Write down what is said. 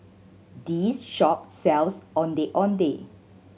this shop sells Ondeh Ondeh